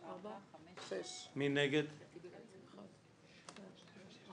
ותעלה למליאה לקריאה השנייה והשלישית.